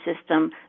system